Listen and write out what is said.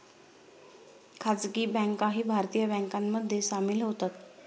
खासगी बँकाही भारतीय बँकांमध्ये सामील होतात